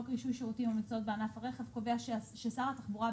רישוי שירותים בענף הרכב קובע ששר התחבורה,